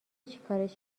چیکارش